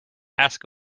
ask